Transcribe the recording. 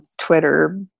twitter